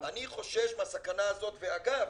אני חושש מהסכנה הזאת, ואגב,